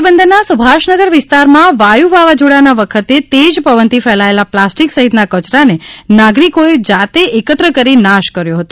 પોરબંદરના સુભાષનગર વિસ્તારમાં વાયુ વાવાઝોડા વખતે તેજ પવનથી ફેલાયેલા પ્લાસ્ટીક સહિતના કચરાને નાગરિકોએ એકત્ર કરી જાતે નાશ કર્યો હતો